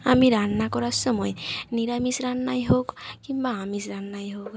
আমি রান্না করার সময় নিরামিষ রান্নাই হোক কিংবা আমিষ রান্নাই হোক